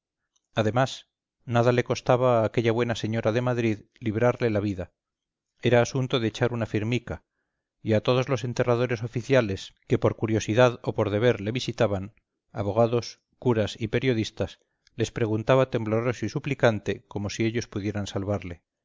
además nada le costaba a aquella buena señora de madrid librarle la vida era asunto de echar una firmica y a todos los enterradores oficiales que por curiosidad o por deber le visitaban abogados curas y periodistas les preguntaba tembloroso y suplicante como si ellos pudieran salvarle